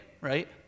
Right